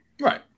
Right